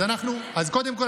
אז קודם כול,